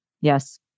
Yes